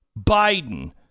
Biden